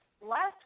last